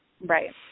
Right